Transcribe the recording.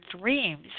dreams